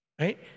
Right